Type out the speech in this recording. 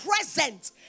present